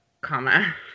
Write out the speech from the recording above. comma